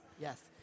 Yes